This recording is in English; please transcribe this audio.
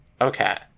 Okay